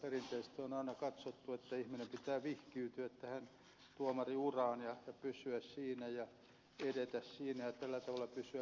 perinteisesti on aina katsottu että ihmisen pitää vihkiytyä tähän tuomarinuraan ja pysyä siinä ja edetä siinä ja tällä tavalla pysyä puolueettomana